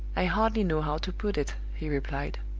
i hardly know how to put it, he replied.